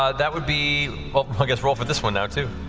ah that would be well, i guess roll for this one now, too.